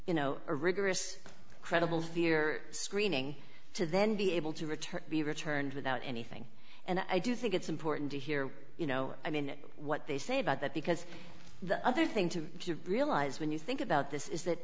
you know a rigorous credible fear screening to then be able to return be returned without anything and i do think it's important to hear you know i mean what they say about that because the other thing to realize when you think about this is that